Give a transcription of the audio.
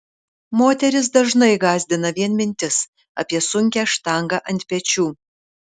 moteris dažnai gąsdina vien mintis apie sunkią štangą ant pečių